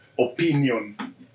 opinion